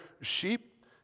sheep